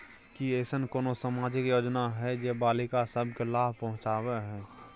की ऐसन कोनो सामाजिक योजना हय जे बालिका सब के लाभ पहुँचाबय हय?